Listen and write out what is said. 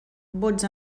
vots